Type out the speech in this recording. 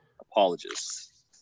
Apologists